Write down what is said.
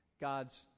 God's